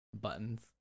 buttons